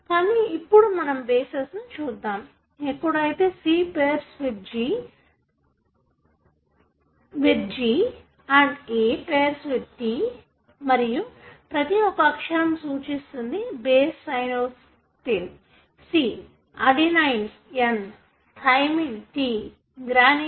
కానీ ఇప్పుడు మనము బేస్సెస్ ను చూద్దాము ఎక్కడైతే C pair with G and A pair with T మరియు ప్రతి ఒక్క అక్షరం సూచిస్తుంది base cytosine adenine thymine guanine